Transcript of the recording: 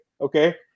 okay